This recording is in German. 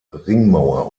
ringmauer